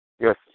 Yes